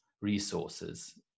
resources